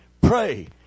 pray